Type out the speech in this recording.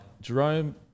Jerome